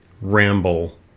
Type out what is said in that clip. ramble